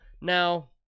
Now